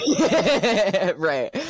Right